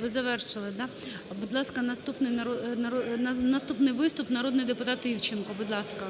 Ви завершили, да? Будь ласка, наступний виступ. Народний депутат Івченко, будь ласка,